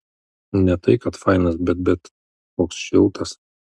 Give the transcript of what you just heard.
ne tai kad fainas bet bet koks šiltas